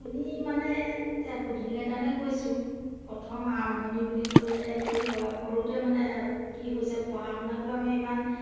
আপুনি মানে এতিয়া সুধিলে কাৰণে কৈছোঁ প্ৰথম আৰম্ভণি বুলি ক'বলে এইটোৱে হয় সৰুতে মানে কি হৈছে পঢ়া শুনাটো আমি ইমান